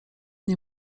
nie